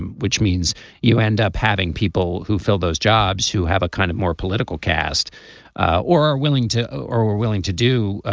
um which means you end up having people who fill those jobs who have a kind of more political cast or are willing to or willing to do